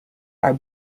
are